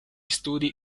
studi